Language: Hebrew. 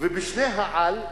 ובשני ה"על"